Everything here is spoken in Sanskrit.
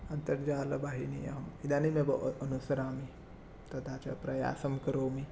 अन्तर्जालवाहिन्याम् इदानीमेव अ अनुसरामि ततः च प्रयासं करोमि